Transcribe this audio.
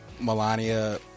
Melania